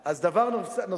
אז דבר נוסף,